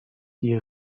die